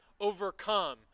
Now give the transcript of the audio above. overcome